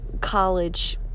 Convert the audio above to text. college